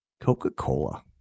Coca-Cola